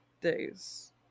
days